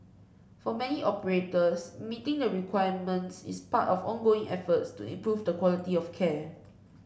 for many operators meeting the requirements is part of ongoing efforts to improve the quality of care